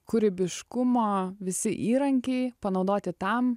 kūrybiškumo visi įrankiai panaudoti tam